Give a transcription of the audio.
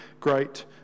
great